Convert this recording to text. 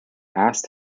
asked